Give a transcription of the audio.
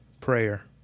prayer